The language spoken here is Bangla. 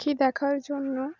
পাখি দেখার জন্য